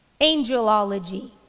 angelology